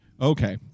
Okay